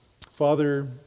Father